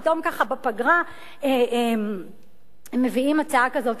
פתאום ככה בפגרה מביאים הצעה כזאת,